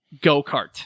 go-kart